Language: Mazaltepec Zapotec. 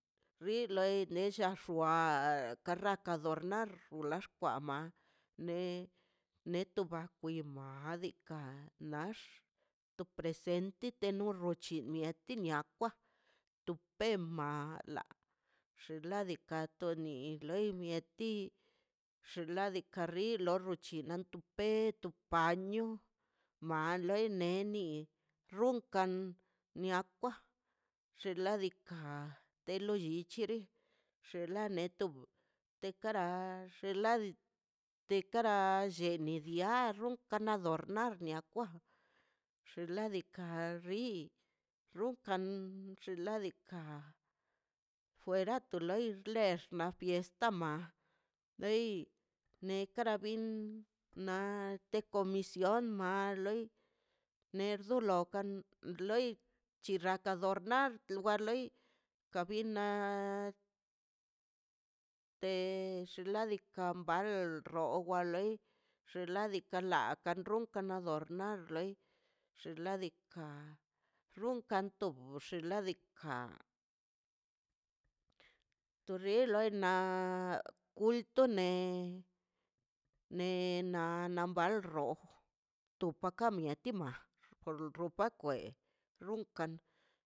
Rinlei lecha xua a karraka adornar ula xkwama ne neto bajiw madika nax to presente te no xichu mieti niakwa tu pe mala xinladika to ni loi mieti xinladika mie lo rrochunga na mie tu pe to panio mailo leni runkan niakwa xinladika te lo llichiri xinla netob tekarax xinla te kara te nillial adornar niakwa xinladika rri rukan xinladika fuera to lei lex na fiesta ma loi nekara bin na te comisión ma loi nerdu lokan loi chirrokan adornar loi kan binnaꞌ xenladika bal rokan loi xinladika laika runkan adornar loi xinladika runkan to bxi xinladika to relo na kulto ne ne ne wbalb roj tokapa mieti na por loke kwe runkan.